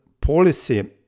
policy